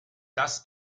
das